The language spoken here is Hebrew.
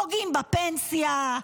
פוגעים בפנסיה,